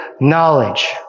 knowledge